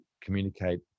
communicate